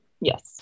Yes